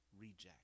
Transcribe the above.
reject